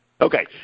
Okay